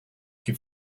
you